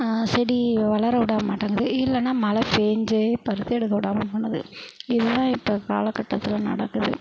செடி வளர விட மாட்டேங்கிறது இல்லைன்னா மழை பெஞ்சே பருத்தி எடுக்க விடாம பண்ணுது இதெல்லாம் இப்போ காலக்கட்டத்தில் நடக்குது